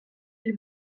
ils